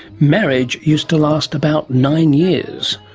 marriage used to last about nine years,